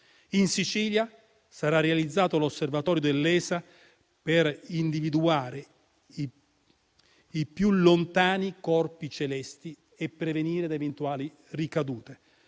In Sicilia sarà realizzato l'osservatorio dell'ESA per individuare i più lontani corpi celesti e prevenire da eventuali ricadute.